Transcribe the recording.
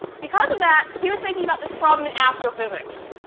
because of that he was thinking about this problem in astrophysics.